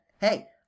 hey